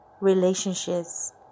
relationships